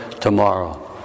tomorrow